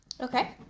Okay